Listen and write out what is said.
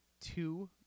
two